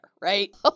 right